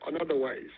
otherwise